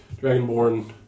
dragonborn